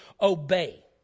obey